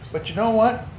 but you know what?